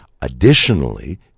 Additionally